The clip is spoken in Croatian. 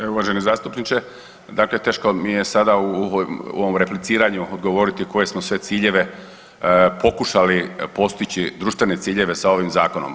Evo uvaženi zastupniče, dakle teško mi je sada u ovom repliciranju odgovoriti koje smo sve ciljeve pokušali postići, društvene ciljeve sa ovim zakonom.